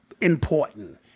important